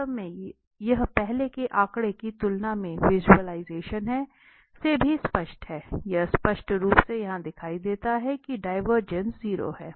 वास्तव में यह पहले के आंकड़े की तुलना में विज़ुअलाइजेशन से भी स्पष्ट है यह स्पष्ट रूप से यहां दिखाई देता है कि डिवरजेंस 0 है